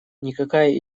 никакая